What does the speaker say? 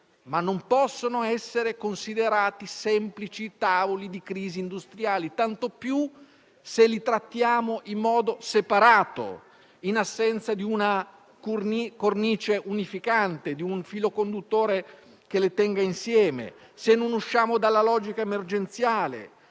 non possono essere considerati semplici tavoli di crisi industriali, tanto più se li trattiamo in modo separato, in assenza di una cornice unificante, di un filo conduttore che li tenga insieme, se non usciamo dalla logica emergenziale,